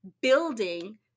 building